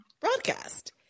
broadcast